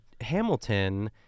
Hamilton